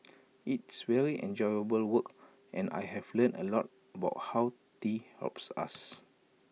it's very enjoyable work and I've learnt A lot about how tea helps us